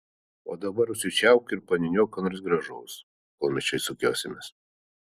o dabar užsičiaupk ir paniūniuok ką nors gražaus kol mes čia sukiosimės